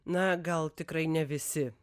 na gal tikrai ne visi